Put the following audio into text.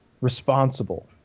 responsible